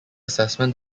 assessment